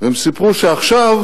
הם סיפרו שעכשיו